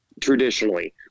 traditionally